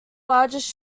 largest